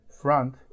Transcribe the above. front